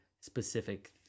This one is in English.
specific